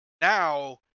now